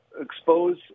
expose